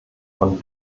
von